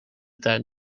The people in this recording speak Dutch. tuin